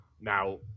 Now